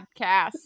podcast